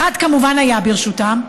אחד כמובן היה ברשותם,